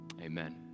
Amen